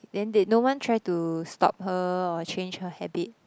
then did no one try to stop her or change her habit